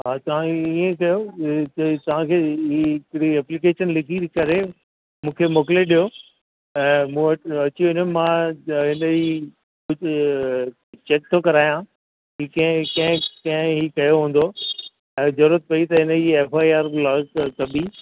हा तव्हां ईअं कयो की तव्हांं खे हिकिड़ी एप्लीकेशन लिखी करे मूंखे मोकिले ॾियो ऐं मूं वटि अची वञो मां हिन ई कुझु चैक थो करायां की कंहिं कंहिं कंहिं ई कयो हूंदो ऐं ज़रूरत पई त हिन जी एफ आई आर बि कयो तव्हां बि